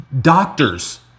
doctors